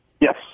Yes